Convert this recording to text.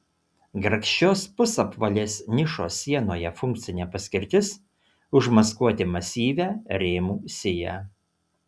grakščios pusapvalės nišos sienoje funkcinė paskirtis užmaskuoti masyvią rėmų siją